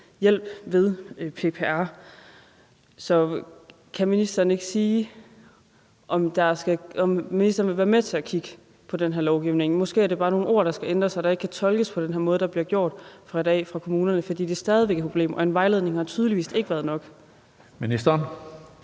hjælp på hos PPR. Så kan ministeren ikke sige, om ministeren vil være med til at kigge på den her lovgivning? Måske er det bare nogle ord, der skal ændres, så der ikke kan tolkes på den her måde, som der bliver gjort i dag fra kommunernes side. For det er stadig væk et problem, og en vejledning har tydeligvis ikke været nok. Kl.